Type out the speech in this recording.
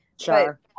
Sure